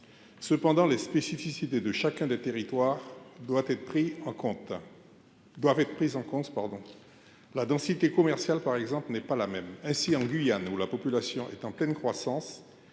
Cependant, les spécificités de chacun des territoires doivent être prises en compte. La densité commerciale, par exemple, n’est pas la même partout. Ainsi, en Guyane, où la population est en pleine croissance,